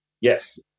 Yes